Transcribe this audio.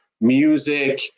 music